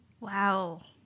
Wow